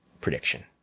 prediction